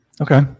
okay